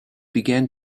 began